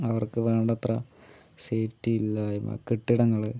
അവർക്ക് വേണ്ടത്ര സേഫ്റ്റി ഇല്ലായ്മ കെട്ടിടങ്ങൾ